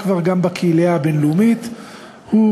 וגם את כל הפירמידות המובנות שאת חלקן ראינו עכשיו.